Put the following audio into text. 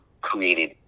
created